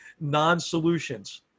non-solutions